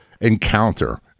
encounter